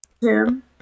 Tim